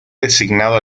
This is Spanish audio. designado